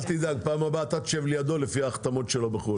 אל תדאג בפעם הבאה אתה תשב לידו לפי ההחתמות שלו בחו"ל.